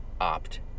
opt